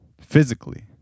Physically